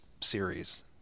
series